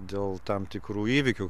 dėl tam tikrų įvykių